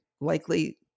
likely